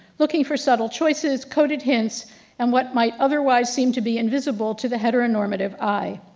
looking for subtle choices coded hints and what might otherwise seem to be invisible to the heteronormative eye.